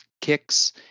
kicks